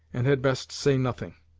and had best say nothing.